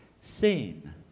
seen